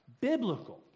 biblical